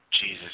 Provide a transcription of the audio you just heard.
Jesus